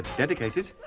dedicated.